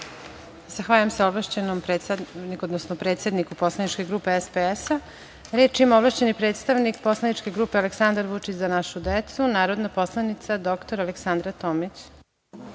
predstavniku, odnosno predsedniku poslaničke grupe SPS.Reč ima ovlašćeni predstavnik poslaničke grupe Aleksandar Vučić – Za našu decu, narodna poslanica dr Aleksandra